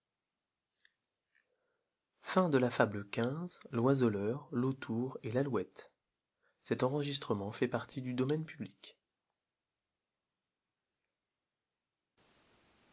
l'oiseleur l'autour et l'alouette